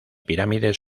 pirámides